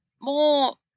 more